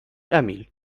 emil